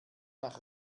nach